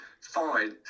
fine